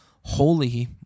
holy